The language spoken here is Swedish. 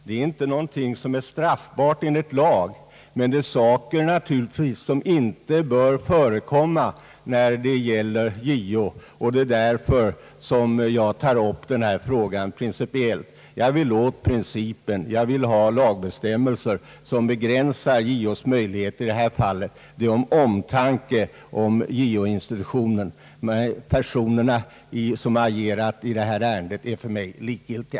Detta är ingenting straffbart enligt lag, men det är omständigheter som inte bör förekomma i sammanhang med JO, och det är därför jag har tagit upp den här frågan. Jag vill åt principen. Jag vill ha lagbestämmelser som begränsar JO:s möjlighet i det här fallet och detta av omtanke om JO-institutionen. Personerna som har agerat i ärendet är för mig likgiltiga.